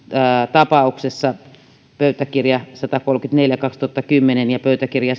tapauksessa pöytäkirja satakolmekymmentäneljä kautta kaksituhattakymmenen ja pöytäkirja